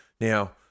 Now